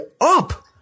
up